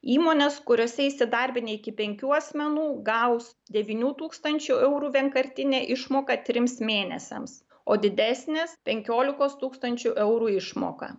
įmonės kuriose įsidarbinę iki penkių asmenų gaus devynių tūkstančių eurų vienkartinę išmoką trims mėnesiams o didesnės penkiolikos tūkstančių eurų išmoką